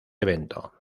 evento